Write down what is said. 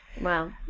Wow